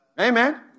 Amen